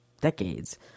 decades